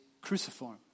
cruciform